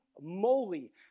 moly